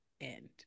end